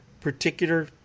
particular